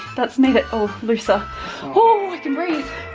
that's made it all looser. ooh, i can breathe.